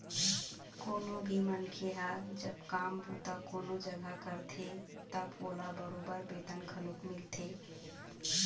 कोनो भी मनखे ह जब काम बूता कोनो जघा करथे तब ओला बरोबर बेतन घलोक मिलथे